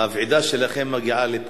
הוועידה שלכם מגיעה לפה.